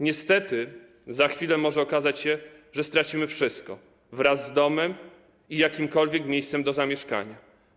Niestety za chwilę może okazać się, że stracimy wszystko, wraz z domem i jakimkolwiek miejscem do zamieszkania.